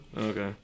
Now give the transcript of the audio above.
Okay